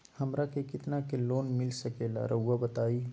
हमरा के कितना के लोन मिलता सके ला रायुआ बताहो?